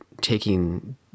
taking